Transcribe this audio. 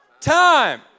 time